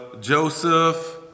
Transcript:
Joseph